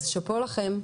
אז שאפו לכם,